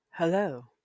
Hello